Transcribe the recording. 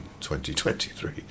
2023